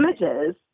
images